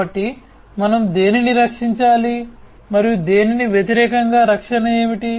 కాబట్టి మనం దేనిని రక్షించాలి మరియు దానికి వ్యతిరేకంగా రక్షణ ఏమిటి